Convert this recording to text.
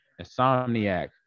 Insomniac